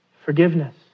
Forgiveness